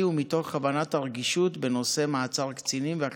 ומתוך הבנת הרגישות בנושא מעצר קצינים והחזקתם.